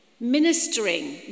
ministering